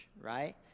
right